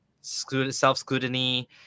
self-scrutiny